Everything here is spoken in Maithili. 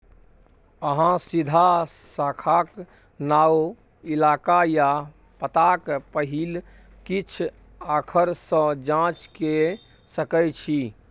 अहाँ सीधा शाखाक नाओ, इलाका या पताक पहिल किछ आखर सँ जाँच कए सकै छी